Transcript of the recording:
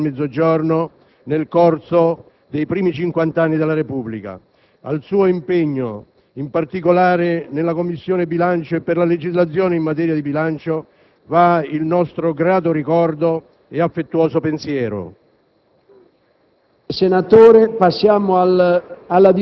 avevano conseguito progresso e sviluppo per le genti del Mezzogiorno nei primi cinquant'anni della Repubblica. Al suo impegno nella Commissione bilancio e per la legislazione in materia di bilancio va il nostro grato ricordo e affettuoso pensiero.